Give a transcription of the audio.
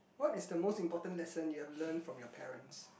what is the most important lesson you have learned from your parents